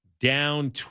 down